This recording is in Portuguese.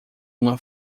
uma